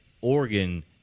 Oregon